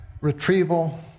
retrieval